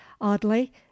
oddly